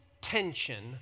tension